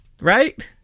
right